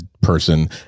person